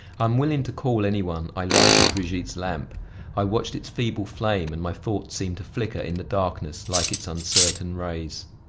unwilling to call any one, i lighted brigitte's lamp i watched its feeble flame and my thoughts seemed to flicker in the darkness like its uncertain rays.